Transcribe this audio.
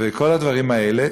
וכל הדברים האלה.